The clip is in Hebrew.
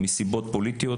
מסיבות פוליטיות,